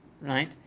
right